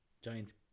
Giants